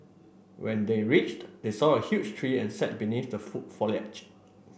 when they reached they saw a huge tree and sat beneath the full foliage